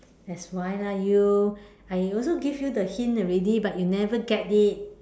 that's why lah you I also give you the hint already but you never get it